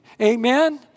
Amen